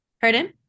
Pardon